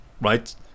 right